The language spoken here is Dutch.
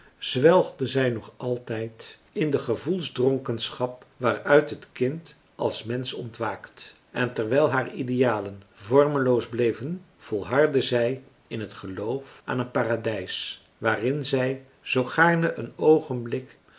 zwelgde zij nog altijd in de gevoelsdronkenschap waaruit het kind als mensch ontwaakt en terwijl haar idealen vormeloos bleven volhardde zij in het geloof aan een paradijs waarin zij zoo gaarne een oogenblik